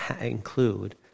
include